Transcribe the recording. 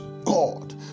God